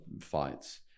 fights